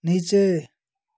नीचे